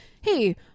hey